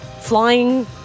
flying